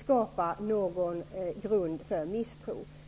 skapa någon grund för misstro.